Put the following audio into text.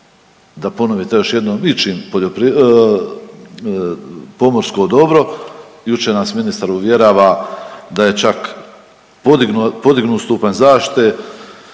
da ponovite još jednom pomorsko dobro? Jučer nas ministar uvjerava da je čak podignut stupanj zaštite.